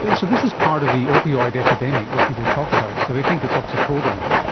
and so this is part of the opioid epidemic that people talk about, so they think it's oxycodone,